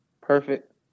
Perfect